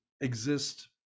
exist